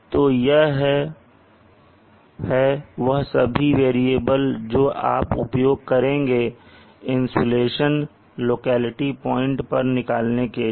तो यह हैं वह सभी वेरिएबल जो आप उपयोग करेंगे इंसुलेशन लोकेलिटी पॉइंट पर निकालने के लिए